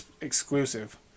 exclusive